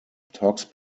talks